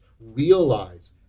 realize